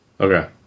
Okay